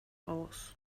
aus